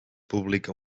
publica